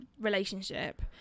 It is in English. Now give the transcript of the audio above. relationship